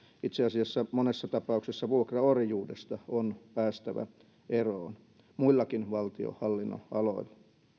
itse asiassa monessa tapauksessa vuokraorjuudesta on päästävä eroon muillakin valtionhallinnon aloilla